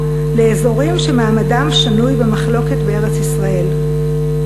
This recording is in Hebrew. לאזורים שמעמדם שנוי במחלוקת בארץ-ישראל.